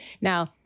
Now